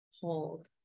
hold